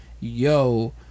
yo